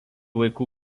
vaikų